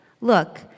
look